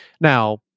Now